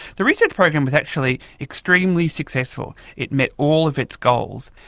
the research program was actually extremely successful. it met all of its goals,